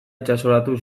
itsasoratu